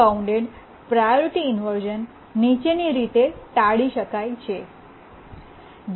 unbound priority inversion પણ નીચેની રીતે ટાળી શકાય છે